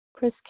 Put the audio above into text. Chris